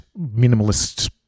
minimalist